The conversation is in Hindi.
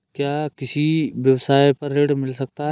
क्या किसी व्यवसाय पर ऋण मिल सकता है?